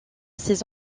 ses